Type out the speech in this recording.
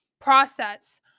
process